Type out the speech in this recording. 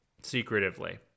secretively